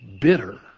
Bitter